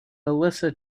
melissa